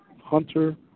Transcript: Hunter